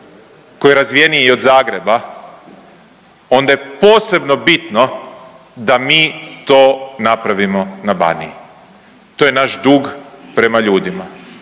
koji je razvijeniji i od Zagreba onda je posebno bitno da mi to napravimo na Baniji, to je naš dug prema ljudima